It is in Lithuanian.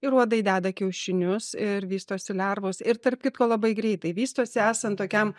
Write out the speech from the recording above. ir uodai deda kiaušinius ir vystosi lervos ir tarp kitko labai greitai vystosi esant tokiam